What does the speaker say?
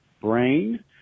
Brain